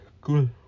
good